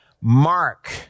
mark